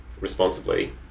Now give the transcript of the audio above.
responsibly